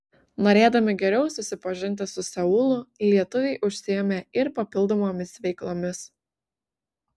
norėdami geriau susipažinti su seulu lietuviai užsiėmė ir papildomomis veiklomis